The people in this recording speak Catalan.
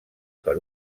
per